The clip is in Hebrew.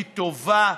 היא טובה,